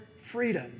freedom